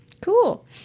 Cool